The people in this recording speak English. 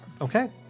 Okay